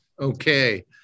Okay